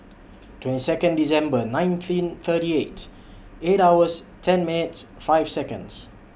twenty Second December nineteen thirty eight eight hours ten minutes five Seconds